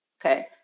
okay